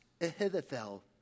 Ahithophel